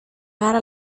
agarra